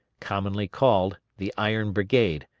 commonly called the iron brigade,